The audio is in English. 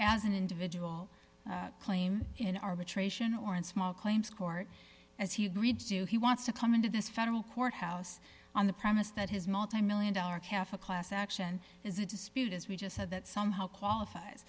as an individual claim in arbitration or in small claims court as he agreed to do he wants to come in to this federal court house on the premise that his multimillion dollar calf a class action is a dispute as we just said that somehow qualifies